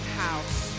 house